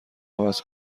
عوض